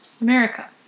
America